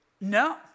No